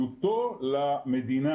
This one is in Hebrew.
עלותו למדינה,